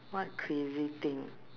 what crazy thing